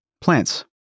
Plants